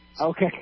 Okay